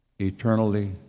eternally